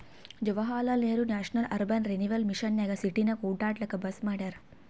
Jawaharlal Nehru national urban renewal mission ನಾಗ್ ಸಿಟಿನಾಗ್ ಒಡ್ಯಾಡ್ಲೂಕ್ ಬಸ್ ಮಾಡ್ಯಾರ್